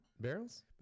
barrels